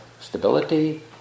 stability